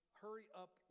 hurry-up